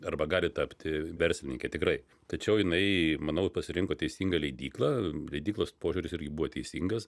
arba gali tapti verslininke tikrai tačiau jinai manau pasirinko teisingą leidyklą leidyklos požiūris irgi buvo teisingas